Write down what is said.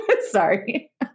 sorry